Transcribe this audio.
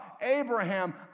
Abraham